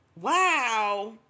Wow